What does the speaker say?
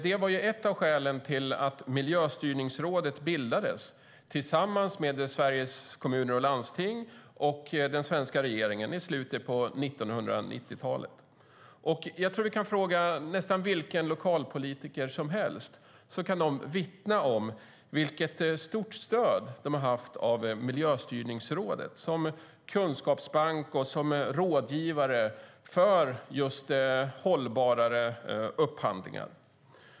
Det var ett av skälen till att Miljöstyrningsrådet bildades tillsammans med Sveriges Kommuner och Landsting av den svenska regeringen i slutet på 1990-talet. Jag tror att vi kan fråga nästan vilken lokalpolitiker som helst och de kan vittna om vilket stort stöd de har haft av Miljöstyrningsrådet som kunskapsbank och rådgivare för just hållbarare upphandlingar.